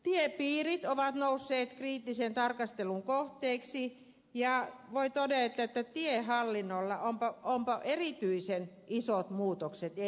tiepiirit ovat nousseet kriittisen tarkastelun kohteiksi ja voi todeta että onpa tiehallinnolla erityisen isot muutokset edessä